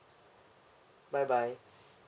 bye bye